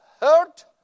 hurt